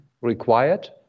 required